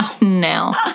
No